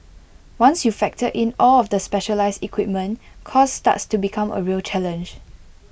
once you factor in all of the specialised equipment cost starts to become A real challenge